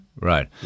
Right